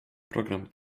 program